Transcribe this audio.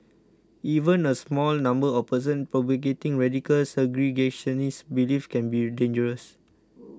even a small number of persons propagating radical segregationist beliefs can be dangerous